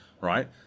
right